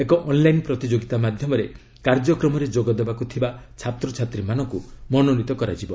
ଏକ ଅନ୍ଲାଇନ୍ ପ୍ରତିଯୋଗୀତା ମାଧ୍ୟମରେ କାର୍ଯ୍ୟକ୍ରମରେ ଯୋଗଦେବାକୁ ଥିବା ଛାତ୍ରଛାତ୍ରୀ ମାନଙ୍କୁ ମନୋନୀତ କରାଯିବ